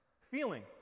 Feeling